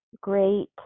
great